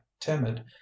timid